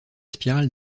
spirale